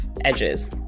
edges